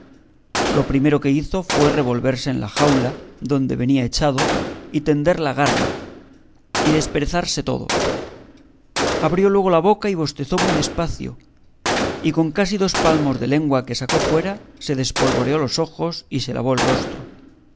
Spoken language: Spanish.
lo primero que hizo fue revolverse en la jaula donde venía echado y tender la garra y desperezarse todo abrió luego la boca y bostezó muy despacio y con casi dos palmos de lengua que sacó fuera se despolvoreó los ojos y se lavó el rostro